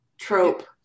trope